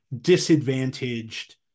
disadvantaged